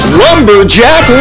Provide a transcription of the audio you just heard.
lumberjack